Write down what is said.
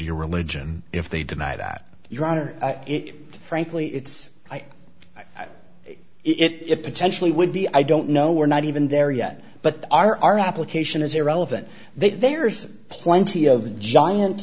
your religion if they deny that your honor it frankly it's i i i it potentially would be i don't know we're not even there yet but our application is irrelevant there's plenty of the giant